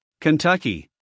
Kentucky